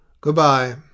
Goodbye